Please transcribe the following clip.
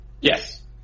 Yes